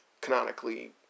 canonically